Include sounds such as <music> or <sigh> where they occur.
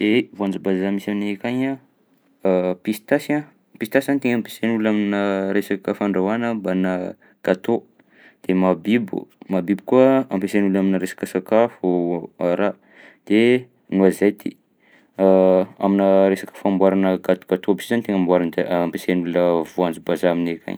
De voanjom-bazaha misy aminay ankagny a: <hesitation> pistasy a- pistasy no tegna ampisain'olona aminà resaka fandrahoàna mbanà gâteau; de mahabibo, mahabibo koa ampiasain'olona aminà resaka sakafo araha, de noisette. <hesitation> Aminà resaka famboarana gat-gateau aby si zany tegna amboaranja- <hesitation> ampiasain'olona voanjom-bazaha aminay akagny.